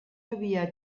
havia